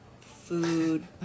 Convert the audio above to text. food